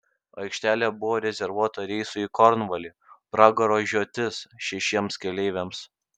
aikštelė buvo rezervuota reisui į kornvalį pragaro žiotis šešiems keleiviams